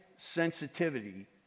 Sensitivity